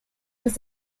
was